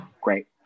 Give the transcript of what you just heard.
great